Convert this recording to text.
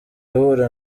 ihura